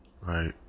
right